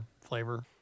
flavor